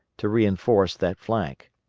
to reinforce that flank.